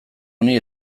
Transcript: honi